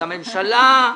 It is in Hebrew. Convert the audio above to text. הממשלה.